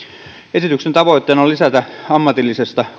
esityksen tavoitteena on lisätä ammatillisesti